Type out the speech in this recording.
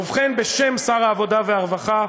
ובכן, בשם שר העבודה והרווחה,